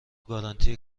گارانتی